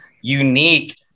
unique